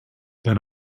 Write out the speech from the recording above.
then